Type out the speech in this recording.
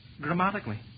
grammatically